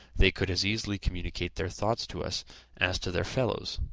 they could as easily communicate their thoughts to us as to their fellows.